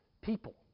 people